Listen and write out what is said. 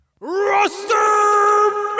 Roster